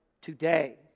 today